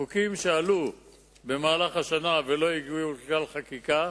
חוקים שעלו במהלך השנה ולא הגיעו לכלל חקיקה,